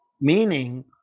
meaning